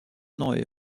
neu